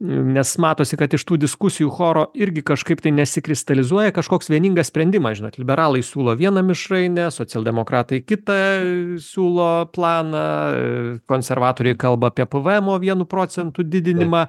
nes matosi kad iš tų diskusijų choro irgi kažkaip tai nesikristalizuoja kažkoks vieningas sprendimas žinokit liberalai siūlo vieną mišrainę socialdemokratai kitą siūlo planą konservatoriai kalba apie pvmo vienu procentu didinimą